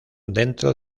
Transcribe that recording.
dentro